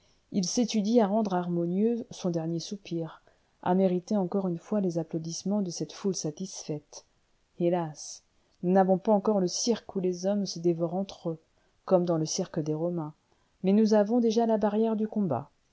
il s'étudie à rendre harmonieux son dernier soupir à mériter encore une fois les applaudissements de cette foule satisfaite hélas nous n'avons pas encore le cirque où les hommes se dévorent entre eux comme dans le cirque des romains mais nous avons déjà la barrière du combat